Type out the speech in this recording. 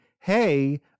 hey